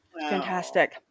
Fantastic